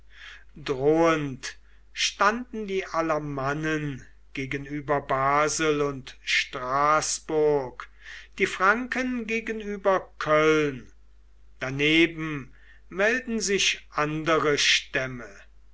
drohend standen die alamannen gegenüber basel und straßburg die franken gegenüber köln daneben melden sich andere stämme